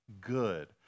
good